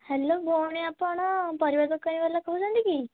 hello ଭଉଣୀ ଆପଣ ପରିବା ଦୋକାନୀ ବାଲା କହୁଛନ୍ତି କି